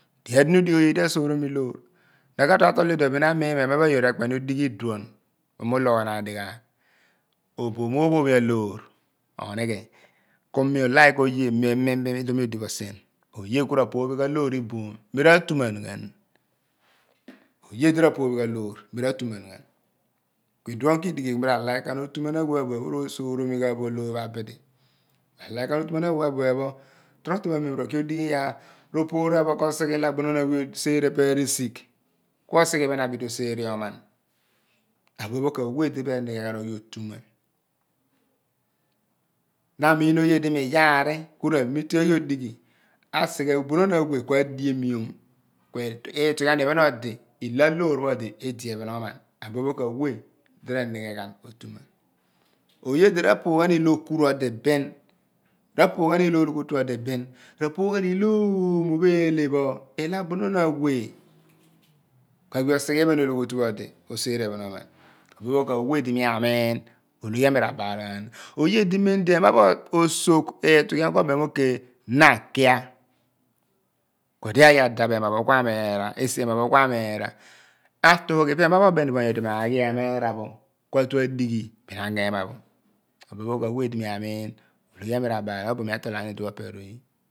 Edighhi di na idighi oye di aasonmi loor na ka tie atol idum bin amiin mo ehma pho ayoor rkpeni odighi iduon mo mi uloghonaan dighi aagh ku mi u/like oye mi mi mi iduon mi odi bo sien ku oye ku rapoophe ghan loor mi ra atu man ghan oye lo rapoophe ghan loor mi ra/atu man ghan ku iduon ku idighi ku mo ra like ghan otuman awe di osoromo loor abidi mi ra like ghan otuman awe pho abuen pho totrobo amen ku r'oki odighi iyaar ru poor ghan bo ko sigh ilo abonon awe ko diemion ghisigh ku osighe iphen abidi oseere oman abuen pho ku awe di re nighi odighi asighe bunon awe ku adiemion ku utughian pho iphen odi ephen oman buen pho iphen oman buen pho odi edi ephen oman buen pho ku awe di re nighi ghan otuman oy oh ra/poogh ghan ilo okuru odi bin ra/poogh ghan ilo ologhiotu odi bin ra poogh ghan ilo oomo eele pho ilo abu non awe ku agbi osighe iphen ologhiotu pho odi oosere ephen oman abuen pho ku awe di na amiin ologhi ami ra baal ghan oye di mem ehma pho osogh utughian ku obem mo okay na kia ku odi aghi adaph ehma pho ku aghi ameera atuugh ipe pho eema pho obeni bo nyodi ma aghi ameera pho ku atu ael eghon bin ango ehma pho abuen pho ku awe di mi amiin ku ologhi ami ra baal ghan ka bo mi atol aani iduon opeer oye